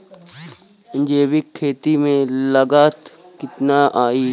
जैविक खेती में लागत कितना आई?